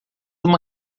uma